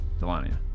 Delania